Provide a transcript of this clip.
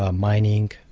ah mining,